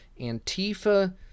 Antifa